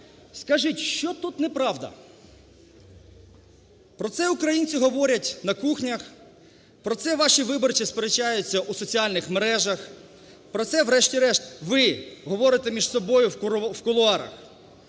Скажіть, що тут неправда? Про це українці говорять на кухнях, про це ваші виборці сперечаються у соціальних мережах, про це, врешті-решт, ви говорите між собою в кулуарах.